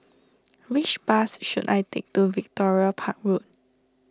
which bus should I take to Victoria Park Road